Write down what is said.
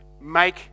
make